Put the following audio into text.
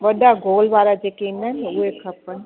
वॾा गोल वारा जेके ईंदा आहिनि न उहे खपनि